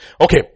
Okay